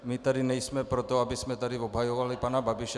My tady nejsme proto, abychom tady obhajovali pana Babiše.